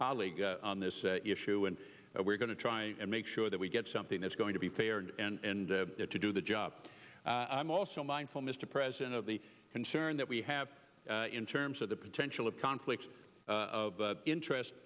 colleagues on this issue and we're going to try and make sure that we get something that's going to be fair and to do the job i'm also mindful mr president of the concern that we have in terms of the potential of conflicts of interest